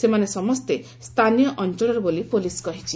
ସେମାନେ ସମସ୍ତେ ସ୍ଥାନୀୟ ଅଞ୍ଚଳର ବୋଲି ପ୍ରଲିସ୍ କହିଛି